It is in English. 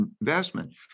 investment